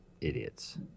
idiots